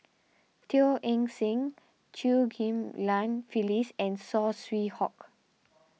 Teo Eng Seng Chew Ghim Lian Phyllis and Saw Swee Hock